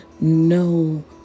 No